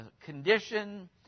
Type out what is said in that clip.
condition